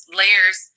layers